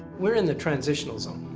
we're in the transitional zone.